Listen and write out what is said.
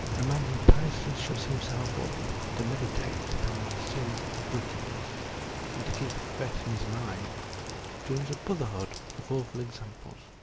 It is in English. a man who piously shuts himself up to meditate upon the sin of wickedness and to keep it fresh in his mind joins a brotherhood of awful examples.